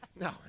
no